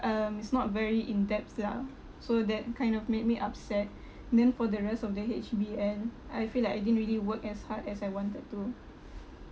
um it's not very in depths ah so that kind of made me upset then for the rest of the H_B_L I feel like I didn't really work as hard as I wanted to